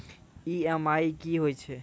EMI कि होय छै?